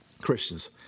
Christians